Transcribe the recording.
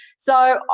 so,